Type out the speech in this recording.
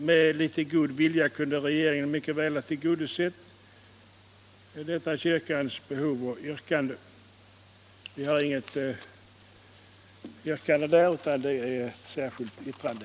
Med litet god vilja kunde regeringen mycket väl ha tillgodosett detta kyrkans behov och yrkande. Jag har här inget yrkande, detta är enbart ett särskilt yttrande.